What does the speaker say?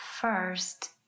first